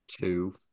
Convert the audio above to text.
two